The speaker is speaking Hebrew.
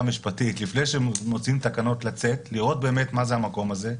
המשפטית לפני שמוציאים תקנות לראות באמת מה זה המקום הזה,